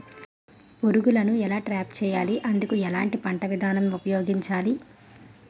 పురుగులను ఎలా ట్రాప్ చేయాలి? అందుకు ఎలాంటి పంట విధానం ఉపయోగించాలీ?